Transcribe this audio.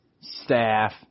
staff